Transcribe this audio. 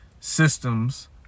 systems